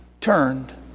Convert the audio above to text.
turned